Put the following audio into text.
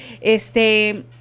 este